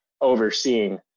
overseeing